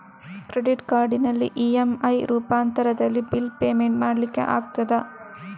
Credit ಕಾರ್ಡಿನಲ್ಲಿ EMI ರೂಪಾಂತರದಲ್ಲಿ bill payment ಮಾಡ್ಲಿಕ್ಕೆ ಆಗ್ತದ?